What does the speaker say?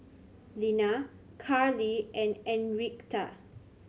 Lina Karley and Enriqueta